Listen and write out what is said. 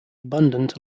abundant